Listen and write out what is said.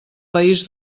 país